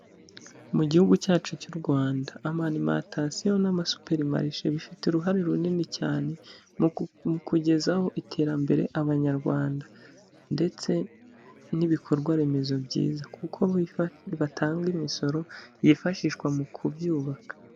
Mu gihugu cyacu cy'u Rwanda, amarimatasiyo n'amasuperimarishe bifite uruhare runini cyane mu kugezaho iterambere Abanyarwanda ndetse n'ibikorwaremezo byiza kuko batanga imisoro yifashishwa mu kubyubaka.